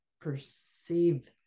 perceive